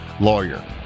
lawyer